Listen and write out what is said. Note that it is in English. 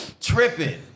tripping